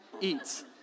eats